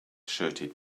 shirted